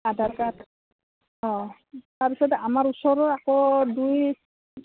আধাৰ card অঁ তাৰপিছত আমাৰ ওচৰৰ আকৌ দুই